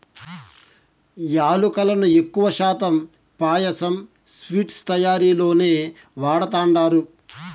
యాలుకలను ఎక్కువ శాతం పాయసం, స్వీట్స్ తయారీలోనే వాడతండారు